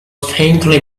faintly